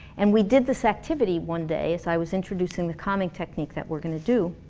and we did this activity one day, as i was introducing the calming technique that we're gonna do,